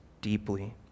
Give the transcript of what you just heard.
deeply